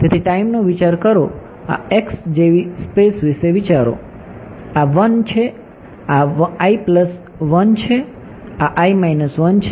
તેથી ટાઈમનો વિચાર કરો આ x જેવી સ્પેસ વિશે વિચારો આ છે આ છે આ છે